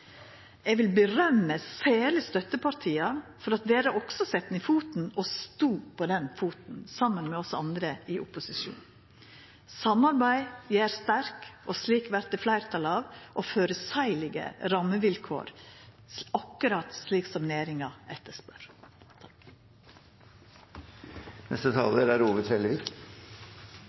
og sto på den foten saman med oss andre i opposisjon. Samarbeid gjer sterk. Slikt vert det fleirtal og føreseielege rammevilkår av – akkurat slik som næringa etterspør. Eg vil takka statsråden for den måten han legg fram denne meldinga på. Det er